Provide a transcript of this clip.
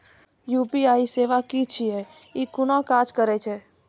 UPI सेवा की छियै? ई कूना काज करै छै?